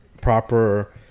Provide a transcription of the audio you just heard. proper